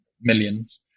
millions